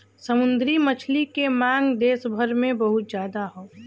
समुंदरी मछली के मांग देस भर में बहुत हौ